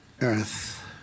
earth